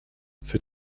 c’est